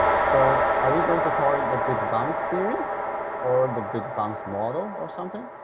so are we going to call it the big bounce theory or the big bounce model or something?